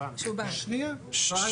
ואני